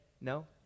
No